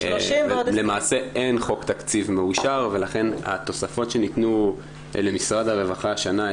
למעשה אין חוק תקציב מאושר ולכן התוספות שניתנו למשרד הרווחה השנה,